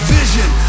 Vision